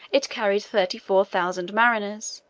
it carried thirty-four thousand mariners,